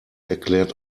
erklärt